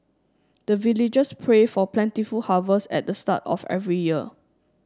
the villagers pray for plentiful harvest at the start of every year